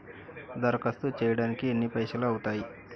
దరఖాస్తు చేయడానికి ఎన్ని పైసలు అవుతయీ?